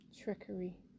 trickery